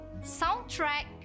soundtrack